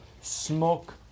smoke